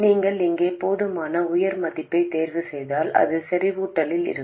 நீங்கள் இங்கே போதுமான உயர் மதிப்பைத் தேர்வுசெய்தால் அது செறிவூட்டலில் இருக்கும்